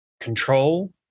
control